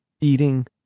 eating